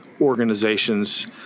organizations